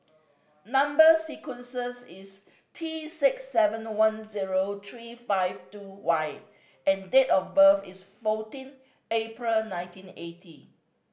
number sequences is T six seven one zero three five two Y and date of birth is fourteen April nineteen eighty